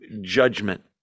judgment